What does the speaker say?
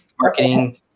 marketing